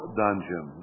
dungeon